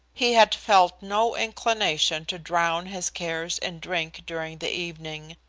he had felt no inclination to drown his cares in drink during the evening,